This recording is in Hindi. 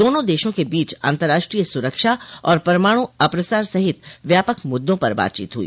दोनों देशों के बीच अंतर्राष्ट्रीय सुरक्षा और परमाणु अप्रसार सहित व्यापक मुद्दों पर बातचीत हुई